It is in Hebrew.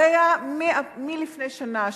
הרי מלפני שנה,